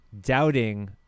doubting